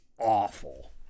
awful